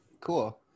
Cool